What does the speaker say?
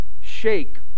shake